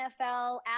NFL